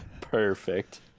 Perfect